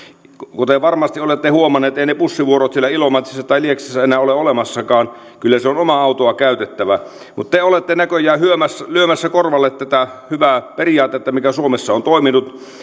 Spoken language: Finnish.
kuten varmasti olette huomannut ei niitä bussivuoroja siellä ilomantsissa tai lieksassa enää ole olemassakaan kyllä se on omaa autoa käytettävä mutta te olette näköjään lyömässä lyömässä korvalle tätä hyvää periaatetta mikä suomessa on toiminut